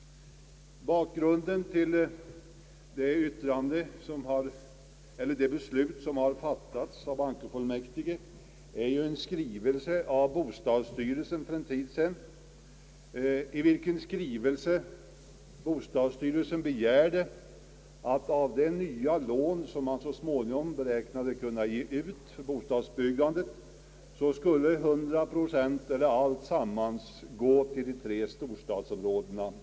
Bakgrunden till det beslut som har fattats av bankofullmäktige är en skrivelse från bostadsstyrelsen för en tid sedan, i vilken skrivelse bostadsstyrelsen begärde att av de nya lån som man så småningom beräknade kunna ge ut för bostadsbyggandet skulle 100 procent, d. v. s. alltsammans, gå till de tre storstadsregionerna.